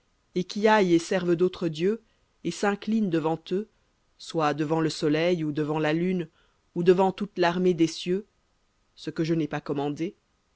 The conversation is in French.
et qui aille et serve d'autres dieux et s'incline devant eux soit devant le soleil ou devant la lune ou devant toute l'armée des cieux ce que je n'ai pas commandé